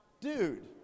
Dude